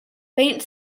faint